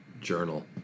journal